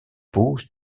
pose